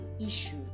issue